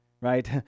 right